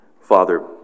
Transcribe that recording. Father